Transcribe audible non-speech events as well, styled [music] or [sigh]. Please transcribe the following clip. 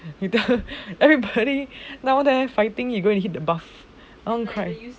[laughs] everybody down there fighting you go and hit the buff I was like